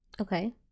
Okay